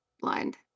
blind